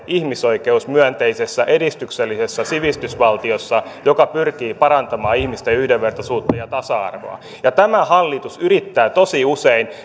ihmisoikeusmyönteisessä edistyksellisessä sivistysvaltiossa joka pyrkii parantamaan ihmisten yhdenvertaisuutta ja tasa arvoa tämä hallitus yrittää tosi usein